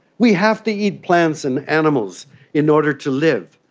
we have to eat plants and animals in order to live.